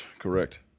correct